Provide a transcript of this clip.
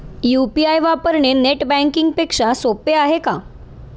UPI वापरणे net banking पेक्षा सोपे आहे का?